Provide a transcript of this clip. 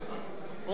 רוני בר-און,